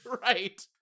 right